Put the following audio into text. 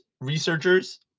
researchers